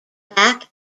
back